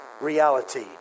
reality